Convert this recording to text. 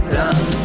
done